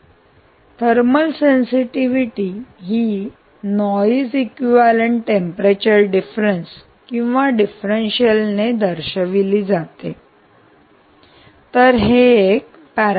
sensitivity त्याचप्रमाणे thermal sensitivity ही noise equivalent temperature difference किंवा डिफरंटन्शियल ने दर्शविली जाते